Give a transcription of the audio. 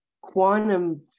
quantum